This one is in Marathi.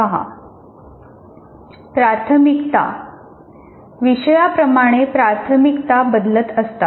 प्राथमिकता विषयां प्रमाणे प्राथमिकता बदलत असतात